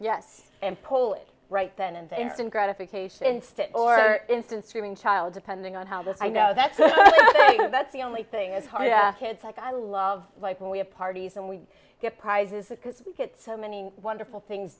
yes and pull it right then and the instant gratification instant or instant streaming child depending on how the i know that's the that's the only thing as hard as a kid like i love like when we have parties and we get prizes because we get so many wonderful things